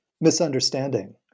misunderstanding